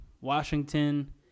Washington